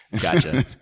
Gotcha